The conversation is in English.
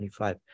25